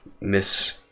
miss